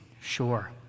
sure